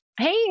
Hey